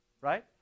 Right